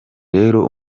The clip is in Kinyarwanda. rero